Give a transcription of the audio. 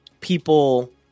people